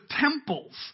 temples